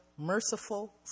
Merciful